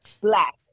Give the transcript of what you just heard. black